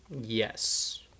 Yes